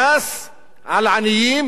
על עניים, היא לא יכולה